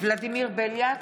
ולדימיר בליאק,